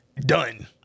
Done